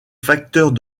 facteurs